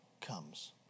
comes